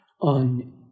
on